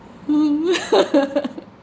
!woo!